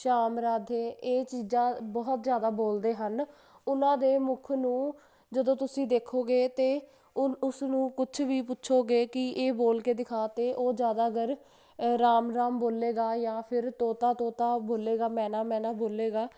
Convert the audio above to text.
ਸ਼ਾਮ ਰਾਧੇ ਇਹ ਚੀਜ਼ਾਂ ਬਹੁਤ ਜ਼ਿਆਦਾ ਬੋਲਦੇ ਹਨ ਉਹਨਾਂ ਦੇ ਮੁੱਖ ਨੂੰ ਜਦੋਂ ਤੁਸੀਂ ਦੇਖੋਗੇ ਅਤੇ ਉਨ ਉਸ ਨੂੰ ਕੁਛ ਵੀ ਪੁੱਛੋਗੇ ਕਿ ਇਹ ਬੋਲ ਕੇ ਦਿਖਾ ਅਤੇ ਉਹ ਜ਼ਿਆਦਾਗਰ ਰਾਮ ਰਾਮ ਬੋਲੇਗਾ ਜਾਂ ਫਿਰ ਤੋਤਾ ਤੋਤਾ ਬੋਲੇਗਾ ਮੈਨਾ ਮੈਨਾ ਬੋਲੇਗਾ